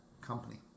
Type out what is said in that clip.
company